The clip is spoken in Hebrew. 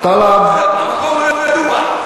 במקום לא ידוע,